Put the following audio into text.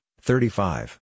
thirty-five